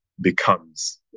becomes